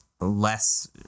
less